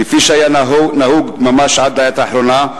כפי שהיה נהוג ממש עד לעת האחרונה,